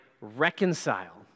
reconcile